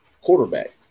quarterback